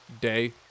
day